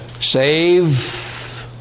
save